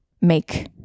make